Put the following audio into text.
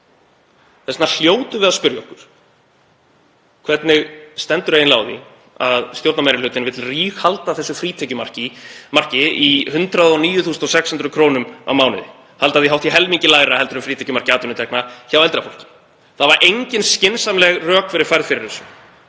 vegna hljótum við að spyrja okkur hvernig stendur eiginlega á því að stjórnarmeirihlutinn vill ríghalda þessu frítekjumarki í 109.600 kr. á mánuði, halda því hátt í helmingi lægra en frítekjumarki atvinnutekna hjá eldra fólki. Það hafa engin skynsamleg rök verið færð fyrir því.